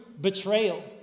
betrayal